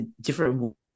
different